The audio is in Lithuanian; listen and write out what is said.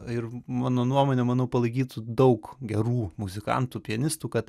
ir mano nuomonę manau palaikytų daug gerų muzikantų pianistų kad